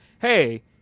hey